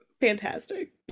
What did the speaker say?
fantastic